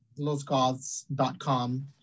losgoths.com